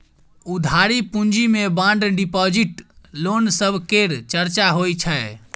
उधारी पूँजी मे बांड डिपॉजिट, लोन सब केर चर्चा होइ छै